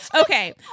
Okay